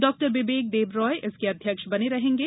डॉ बिबेक देबरॉय इसके अध्यक्ष बने रहेंगे